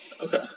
Okay